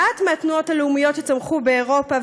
מעט מהתנועות הלאומיות שצמחו באירופה,